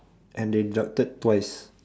and they deducted twice